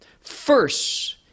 first